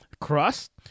crust